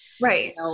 Right